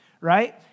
right